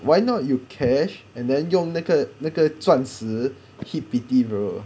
why not you cash and then 用那个那个钻石 hit pity bro